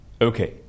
Okay